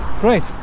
great